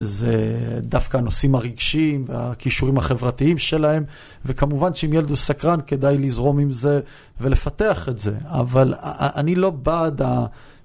זה דווקא הנושאים הרגשיים, הכישורים החברתיים שלהם, וכמובן שאם ילד הוא סקרן כדאי לזרום עם זה ולפתח את זה. אבל, אני לא בעד...